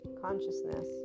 consciousness